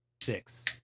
six